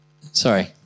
Sorry